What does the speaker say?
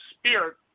spirit